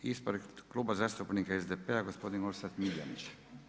Ispred kluba zastupnika SDP-a gospodin Orsat Miljenić.